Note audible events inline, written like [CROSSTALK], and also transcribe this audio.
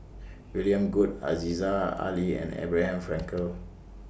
William Goode Aziza Ali and Abraham [NOISE] Frankel